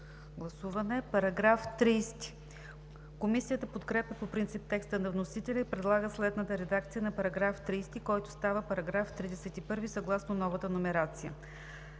гласуване. Комисията подкрепя по принцип текста на вносителя и предлага следната редакция на § 30, който става § 31, съгласно новата номерация: